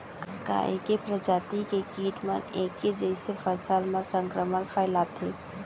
का ऐके प्रजाति के किट मन ऐके जइसे फसल म संक्रमण फइलाथें?